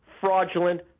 fraudulent